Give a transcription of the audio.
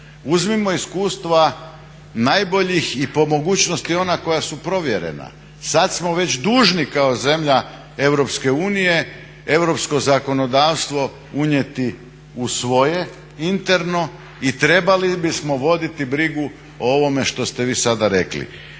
uzmimo iskustva najboljih i po mogućnosti ona koja su provjerena. Sada smo već dužni kao zemlja Europske unije europsko zakonodavstvo unijeti u svoje interno i trebali bismo voditi brigu o ovome što ste vi sada rekli.